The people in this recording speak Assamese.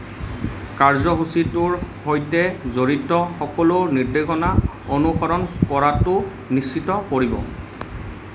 কাৰ্যসূচীটোৰ সৈতে জড়িত সকলো নিৰ্দেশনা অনুসৰণ কৰাটো নিশ্চিত কৰিব